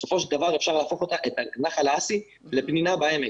בסופו של דבר אפשר להפוך את נחל האסי לפנינה בעמק,